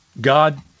God